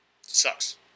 Sucks